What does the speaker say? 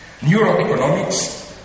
Neuroeconomics